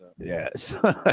Yes